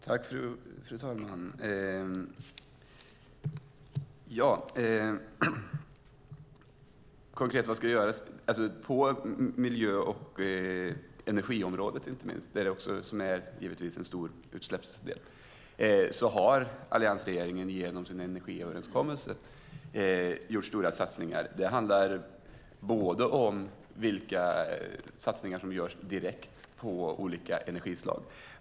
Fru talman! När det gäller vad som konkret ska göras på miljö och inte minst energiområdet, som står för en stor del av utsläppen, har alliansregeringen genom sin energiöverenskommelse gjort stora satsningar. Det handlar om vilka satsningar som görs direkt på olika energislag.